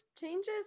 changes